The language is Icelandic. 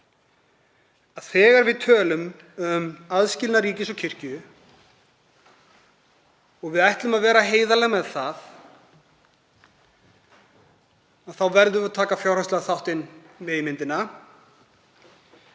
þegar við tölum um aðskilnað ríkis og kirkju, og við ætlum að vera heiðarleg með það, að við verðum að taka fjárhagslega þáttinn með inn í myndina.